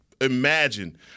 Imagine